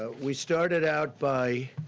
ah we started out by